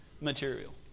material